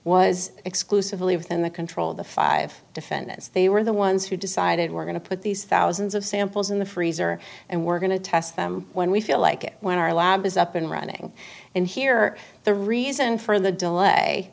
was exclusively of in the control of the five defendants they were the ones who decided we're going to put these thousands of samples in the freezer and we're going to test them when we feel like it when our lab is up and running and here the reason for the delay